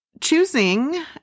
choosing